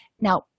Now